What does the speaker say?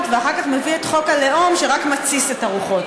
ואחר כך מביא את חוק הלאום שרק מתסיס את הרוחות,